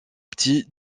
petit